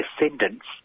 descendants